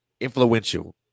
Influential